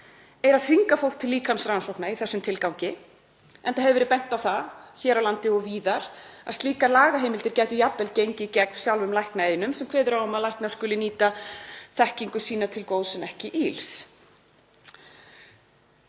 er að þvinga fólk til líkamsrannsókna í þessum tilgangi, enda hefur verið bent á það hér á landi og víðar að slíkar lagaheimildir gætu jafnvel gengið gegn sjálfum læknaeiðnum sem kveður á um að læknar skuli nýta þekkingu sína til góðs en ekki ills.